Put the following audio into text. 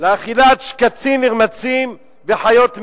לאכילת שקצים ורמשים וחיות טמאות.